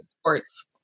sports